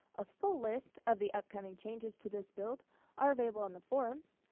a full list of the up coming changes to this build are available on the forums.